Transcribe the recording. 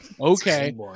Okay